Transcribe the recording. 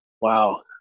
Wow